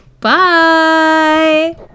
Bye